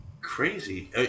crazy